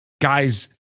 guys